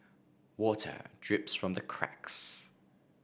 water drips from the cracks